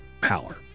power